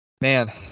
man